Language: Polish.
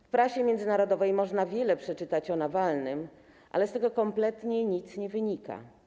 W prasie międzynarodowej można wiele przeczytać o Nawalnym, ale z tego kompletnie nic nie wynika.